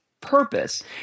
purpose